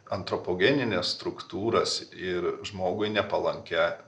antropogenines struktūras ir žmogui nepalankia